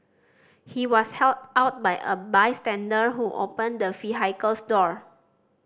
he was helped out by a bystander who opened the vehicle's door